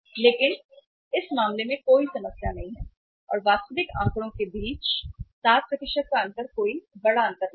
लेकिन इस मामले में कोई समस्या नहीं है अनुमानित और वास्तविक आंकड़ों के बीच 7 का अंतर कोई बड़ा अंतर नहीं है